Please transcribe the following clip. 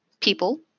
people